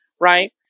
right